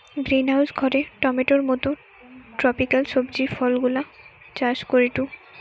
greenhouse ঘরে টমেটোর মত ট্রপিকাল সবজি ফলগুলা চাষ করিটু